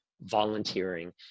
volunteering